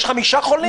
יש חמישה חולים.